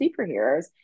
superheroes